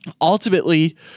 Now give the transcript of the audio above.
Ultimately